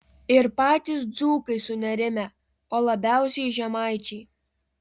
ir patys dzūkai sunerimę o labiausiai žemaičiai